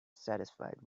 satisfied